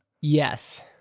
Yes